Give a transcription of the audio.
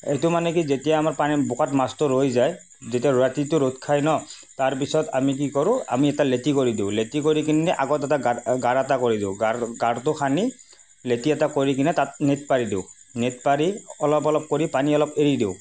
এইটো মানে কি যেতিয়া আমাৰ পানী বোকাত মাছটো ৰৈ যায় যেতিয়া ৰাতিতো ৰ'দ খাই ন তাৰপিছত আমি কি কৰোঁ আমি এটা লেটি কৰি দিওঁ লেটি কৰি কিনে আগত এটা গাঁত গাঁত এটা কৰি দিওঁ গাঁত গাঁতটো খান্দি লেটি এটা কৰি কিনে তাত নেট পাৰি দিওঁ নেট পাৰি অলপ অলপ কৰি পানী অলপ এৰি দিওঁ